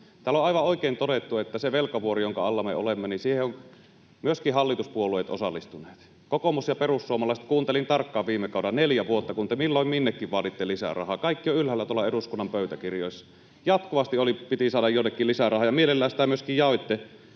Täällä on aivan oikein todettu, että siihen velkavuoreen, jonka alla me olemme, ovat myöskin hallituspuolueet osallistuneet. Kokoomus ja perussuomalaiset, kuuntelin tarkkaan viime kaudella, neljä vuotta, kun te milloin minnekin vaaditte lisää rahaa. Kaikki on ylhäällä eduskunnan pöytäkirjoissa. Jatkuvasti piti saada jonnekin lisää rahaa, ja mielellänne sitä myöskin jaoitte